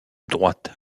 droites